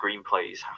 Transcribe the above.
screenplays